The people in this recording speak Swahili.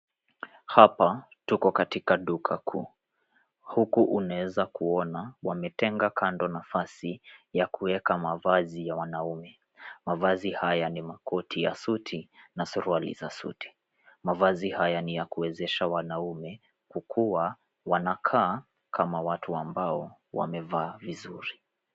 Hapa, tuko katika duka kuu. Huku unaweza kuona wametenga kando nafasi ya kuweka mavazi ya wanaume. Mavazi haya ni makoti ya suti na suruali za suti. Mavazi haya ni ya kuwezesha wanaume kukuwa wanakaa kama watu ambao wamevaa vizuri.